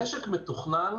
משק מתוכנן,